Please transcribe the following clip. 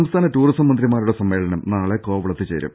സംസ്ഥാന ടൂറിസം മന്ത്രിമാരുടെ സമ്മേളനം നാളെ കോവളത്ത് ചേരും